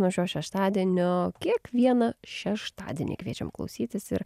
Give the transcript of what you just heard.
nuo šio šeštadienio kiekvieną šeštadienį kviečiam klausytis ir